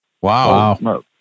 Wow